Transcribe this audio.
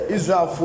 Israel